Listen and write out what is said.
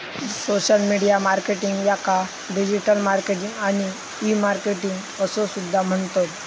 social media marketing याका digital marketing आणि e marketing असो सुद्धा म्हणतत